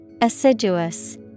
Assiduous